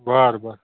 बरं बरं